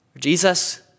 Jesus